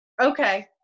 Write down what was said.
Okay